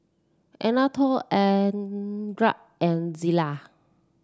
Anatole Andria and Zillah